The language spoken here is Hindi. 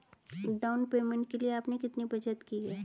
डाउन पेमेंट के लिए आपने कितनी बचत की है?